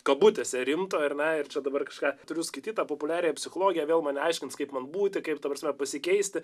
kabutėse rimto ir na ir čia dabar kažką turiu skaityt tą populiariąją psichologiją vėl man aiškins kaip man būti kaip ta prasme pasikeisti